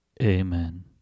Amen